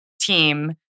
team